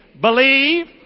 Believe